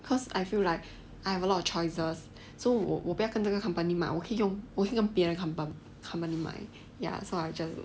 cause I feel like I have a lot of choices so 我我不要跟这个 company 买我可以用我跟别的 company 买 ya so I just